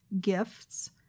gifts